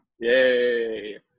yay